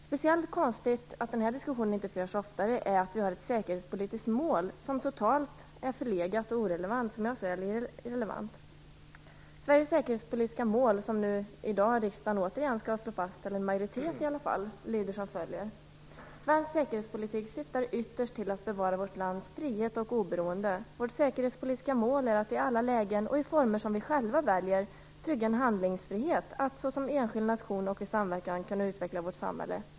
Speciellt konstigt med att den här diskussionen inte förs oftare är att vi har ett säkerhetspolitiskt mål som totalt är förlegat; som jag ser det irrelevant. Sveriges säkerhetspolitiska mål, som en majoritet i riksdagen i dag återigen skall slå fast, lyder som följer: "Svensk säkerhetspolitik syftar ytterst till att bevara vårt lands frihet och oberoende. Vårt säkerhetspolitiska mål är att i alla lägen och i former som vi själva väljer trygga en handlingsfrihet att - såsom enskild nation och i samverkan - kunna utveckla vårt samhälle."